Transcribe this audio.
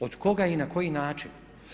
Od koga i na koji način?